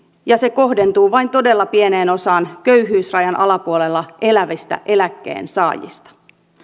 ja se kohdentuu vain todella pieneen osaan köyhyysrajan alapuolella elävistä eläkkeensaajista